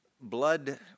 blood